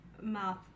math